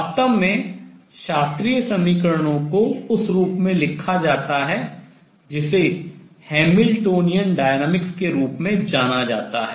वास्तव में शास्त्रीय समीकरणों को उस रूप में लिखा जाता है जिसे Hamiltonian dynamics हैमिल्टनियन गतिकी के रूप में जाना जाता है